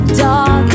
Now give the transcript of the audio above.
dog